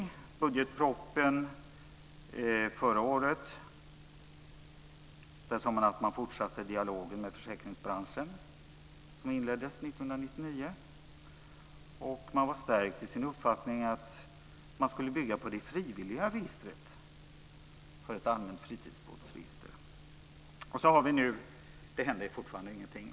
I budgetpropositionen förra året sade man att man fortsatte dialogen med försäkringsbranschen, som inleddes 1999, och att man var stärkt i sin uppfattning att ett allmänt fritidsbåtsregister skulle bygga på ett frivilligt register. Det hände fortfarande ingenting.